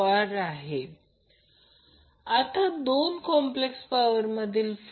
याचा अर्थ असा की जर एखादी गोष्ट थोडी वेगळी असेल तर ती अनबॅलन्सड सिस्टम आहे